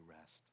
rest